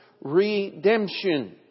Redemption